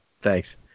Thanks